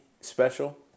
special